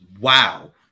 Wow